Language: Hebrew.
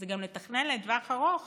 הוא לתכנן לטווח ארוך